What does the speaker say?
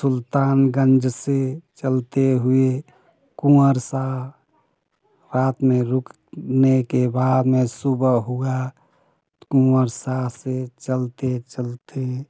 सुल्तानगंज से चलते हुए कुँवर सा रात में रुकने के बाद में सुबह हुआ कुँवर सा से चलते चलते